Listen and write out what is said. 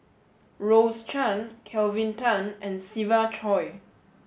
Rose Chan Kelvin Tan and Siva Choy